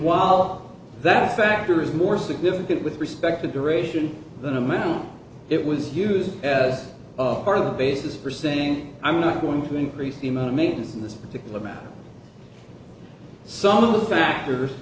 while that factor is more significant with respect to duration than amount it was used as part of the basis for saying i'm not going to increase the amount of maintenance in this particular matter some of the factors